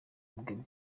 bwe